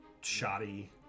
shoddy